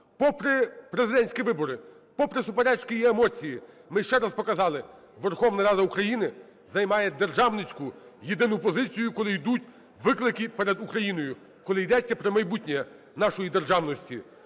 Попри президентські вибори, попри суперечки і емоції ми ще раз показали Верховна Рада України займає державницьку єдину позицію, коли йдуть виклики перед Україною, коли йдеться про майбутнє нашої державності.